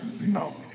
No